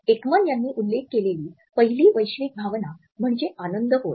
Ekman यांनी उल्लेख केलेली पहिली वैश्विक भावना म्हणजे आनंद होय